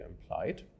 implied